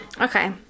Okay